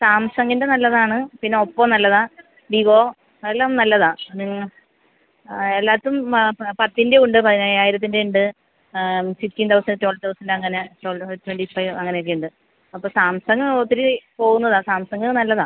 സാംസംഗിൻ്റ നല്ലതാണ് പിന്നെ ഇപ്പോൾ നല്ലതാ വിവോ എല്ലാം നല്ലതാ ആ എല്ലാതും ആ പത്തിൻ്റെ ഉണ്ട് പതിനയ്യായിരത്തിൻ്റെ ഉണ്ട് ഫിഫ്റ്റീൻ തൗസൻഡ് ട്വൽവ് തൗസൻഡ് അങ്ങനെ ട്വൽവ് ട്വൻറ്റി ഫൈവ് അങ്ങനെ ഒക്കെ ഉണ്ട് അപ്പോൾ സാംസംഗ് ഒത്തിരി പോവുന്നതാ സാംസംഗ് നല്ലതാ